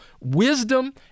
wisdom